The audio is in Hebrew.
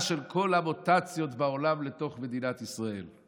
של כל המוטציות בעולם לתוך מדינת ישראל?